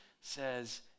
says